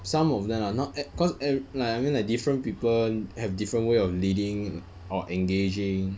some of them ah not ev~ cause ev~ like I mean like different people have different way of leading or engaging